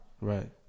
Right